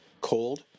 cold